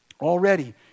Already